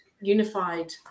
unified